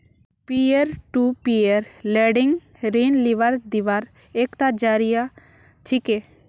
peer to peer lending ऋण लीबार दिबार एकता जरिया छिके